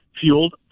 fueled